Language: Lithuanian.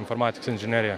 informatikos inžineriją